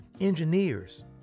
engineers